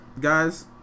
guys